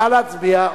נא להצביע.